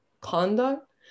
conduct